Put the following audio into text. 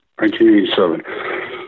1987